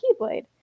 Keyblade